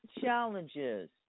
challenges